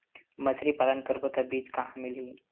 मछरी पालन करबो त बीज कहां मिलही?